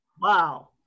Wow